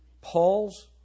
Paul's